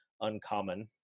uncommon